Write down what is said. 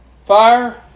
Fire